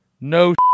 No